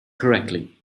correctly